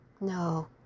No